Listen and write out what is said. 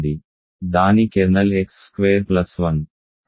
దాని kernel x square plus 1